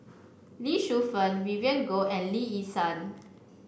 Lee Shu Fen Vivien Goh and Lee Yi Shyan